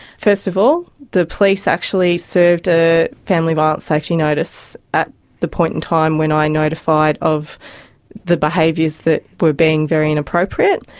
first of all, the police actually served a family violence safety notice at the point in time when i notified of the behaviours that were being very inappropriate.